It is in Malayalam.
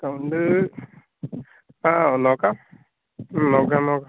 ഡിസ്കൗണ്ട് ആ നോക്കാം മ്മ് നോക്കാം നോക്കാം